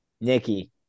Nikki